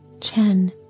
Chen